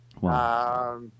Wow